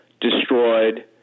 destroyed